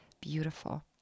beautiful